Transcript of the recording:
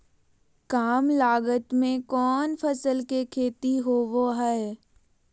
काम लागत में कौन फसल के खेती होबो हाय?